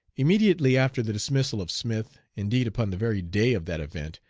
immediately after the dismissal of smith, indeed upon the very day of that event,